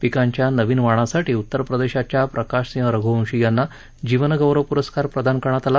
पिकांच्या नवीन वाणासाठी उत्तरप्रदेशच्या प्रकाशसिंह रघुवंशी यांना जीवनगौरव पुरस्कार प्रदान करण्यात आला